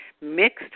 mixed